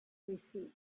receipt